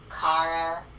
Kara